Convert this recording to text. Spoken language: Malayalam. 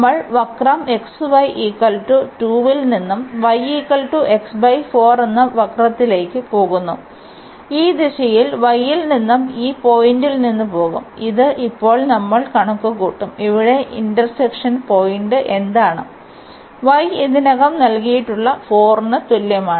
നമ്മൾ വക്രം xy 2 ൽ നിന്ന് y എന്ന വക്രത്തിലേ ക്ക്പോകുന്നു ഈ ദിശയിൽ y ൽ നിന്ന് ഈ പോയിന്റിൽ നിന്ന് പോകും ഇത് ഇപ്പോൾ നമ്മൾ കണക്കുകൂട്ടും ഇവിടെ ഇന്റർസെക്ഷന് പോയിന്റ് എന്താണ് y ഇതിനകം നൽകിയിട്ടുള്ള 4 ന് തുല്യമാണ്